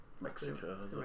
Mexico